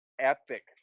epic